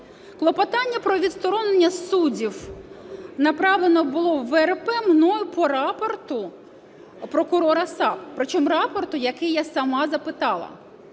Клопотання про відсторонення судів направлено було в ВРП мною по рапорту прокурора САП, при чому рапорту, який я сама запитала.